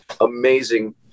amazing